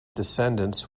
descendants